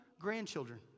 grandchildren